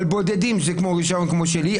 אבל בודדים, זה כמו רישיון כמו שלי.